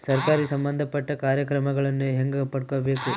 ಸರಕಾರಿ ಸಂಬಂಧಪಟ್ಟ ಕಾರ್ಯಕ್ರಮಗಳನ್ನು ಹೆಂಗ ಪಡ್ಕೊಬೇಕು?